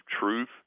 truth